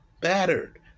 battered